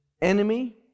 enemy